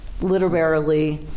literarily